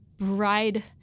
bride